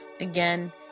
again